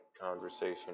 conversation